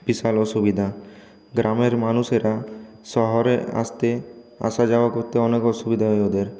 বিশাল অসুবিধা গ্রামের মানুষেরা শহরে আসতে আসা যাওয়া করতে অনেক অসুবিধে হয় ওদের